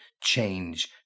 change